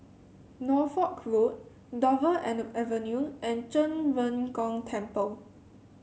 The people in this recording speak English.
Norfolk Road Dover Avenue and Zhen Ren Gong Temple